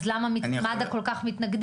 אז למה מד"א כל כך מתנגדים?